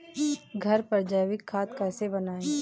घर पर जैविक खाद कैसे बनाएँ?